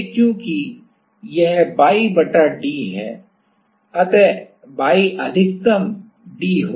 इसलिए चूंकि यह y बटा d है अतः y अधिकतम d हो सकता है